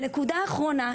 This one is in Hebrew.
ונקודה אחרונה,